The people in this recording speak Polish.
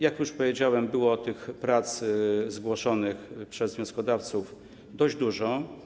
Jak już powiedziałem, było tych poprawek zgłoszonych przez wnioskodawców dość dużo.